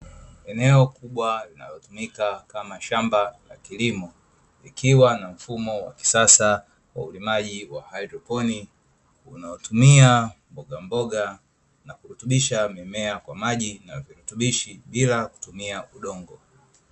Eneo kubwa linalotumika kama shamba la kilimo, likiwa na mfumo wa kisasa wa ulimaji hydroponi unaotuma mbogamboga na kurutumisha mimea kwa maji yenye virutubishi bila kutumia udongo.